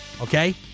okay